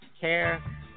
care